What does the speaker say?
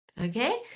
Okay